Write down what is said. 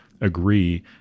agree